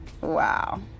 Wow